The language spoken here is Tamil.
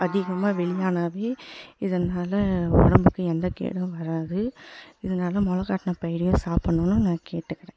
அதிகமாக வெளியானாவே இதனால் உடம்புக்கு எந்த கேடும் வராது இதனால் மொளைக்கட்டுன பயிரையும் சாப்படணுன்னு நான் கேட்டுக்கிறேன்